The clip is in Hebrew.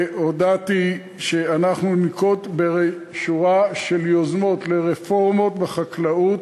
והודעתי שאנחנו ננקוט שורה של יוזמות לרפורמות בחקלאות,